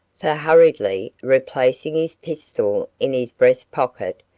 for hurriedly replacing his pistol in his breast pocket,